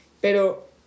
pero